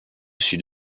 sud